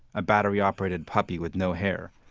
a battery-operated puppy with no hair,